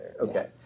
Okay